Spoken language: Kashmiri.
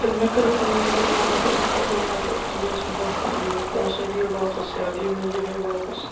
تہٕ مےٚ کٔر کٲم مےٚ دوٚپ یِمَن اَدٕ رِفنٛڈ یا پٕلیس مطلب یہِ پونٛسَے دِیِو واپَس یا دِیِو مےٚ یِہوٚے واپَس